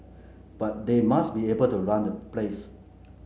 but they must be able to run the place